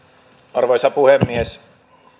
arvoisa puhemies